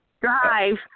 drive